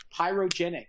Pyrogenic